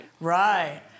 right